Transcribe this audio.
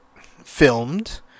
filmed